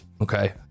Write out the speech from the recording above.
Okay